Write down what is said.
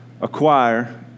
acquire